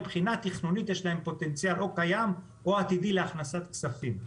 מבחינה תכנונית יש להם פוטנציאל קיים או עתידי להכנסת כספים.